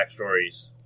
backstories